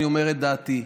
אני אומר את דעתי.